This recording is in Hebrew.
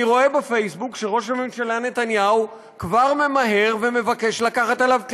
אני רואה בפייסבוק שראש הממשלה נתניהו כבר ממהר ומבקש לקחת עליו קרדיט.